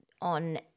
on